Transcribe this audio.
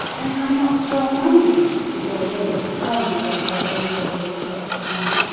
and i'm not strong-minded enough to go against the current of what everybody expects of me.